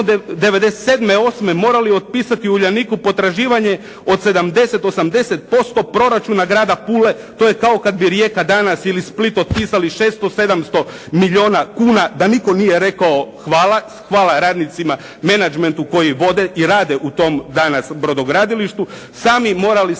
97.-98. morali otpisati "Uljaniku" potraživanje od 70-80% proračuna grada Pule, to je kao kad bi Rijeka danas ili Split otpisali 600-700 milijuna kuna da nitko nije rekao hvala. Hvala radnicima, menadžmentu koji vode i rade u tom danas brodogradilištu, sami morali